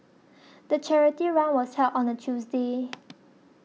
the charity run was held on a Tuesday